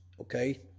Okay